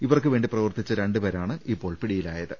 ഇവർക്ക് വേണ്ടി പ്രവർത്തിച്ച രണ്ടു പേരാണ് ഇപ്പോൾ പിടിയിലായത്